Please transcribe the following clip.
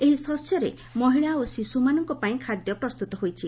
ଏହି ଶସ୍ୟରେ ମହିଳା ଓ ଶିଶୁମାନଙ୍କ ପାଇଁ ଖାଦ୍ୟ ପ୍ରସ୍ତୁତ ହୋଇଛି